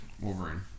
Wolverine